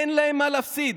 אין להן מה להפסיד.